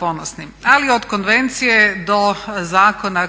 ponosni ali od konvencije do zakona,